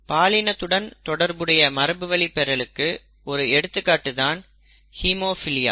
பாலினத்துடன் தொடர்புடைய மரபுவழி பெறலுக்கு ஒரு எடுத்துக்காட்டு தான் ஹீமோபிலியா